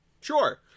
Sure